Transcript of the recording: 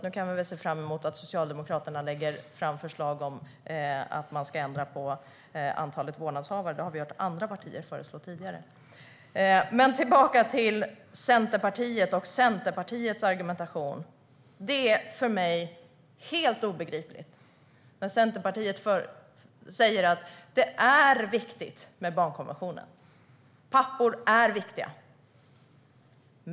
Nu kan vi väl se fram emot att Socialdemokraterna lägger fram förslag om att ändra antalet vårdnadshavare. Det har vi hört andra partier föreslå tidigare. När det gäller Centerpartiet och Centerpartiets argumentation är den helt obegriplig för mig. Centerpartiet säger att barnkonventionen är viktig och att pappor är viktiga.